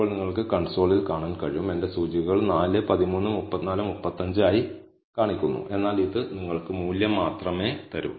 ഇപ്പോൾ നിങ്ങൾക്ക് കൺസോളിൽ കാണാൻ കഴിയും എന്റെ സൂചികകൾ 4 13 34 35 ആയി കാണിക്കുന്നു എന്നാൽ ഇത് നിങ്ങൾക്ക് മൂല്യം മാത്രമേ തരൂ